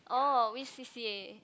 uh which C_C_A